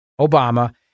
Obama